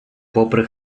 попри